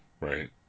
right